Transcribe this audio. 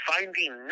Finding